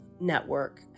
Network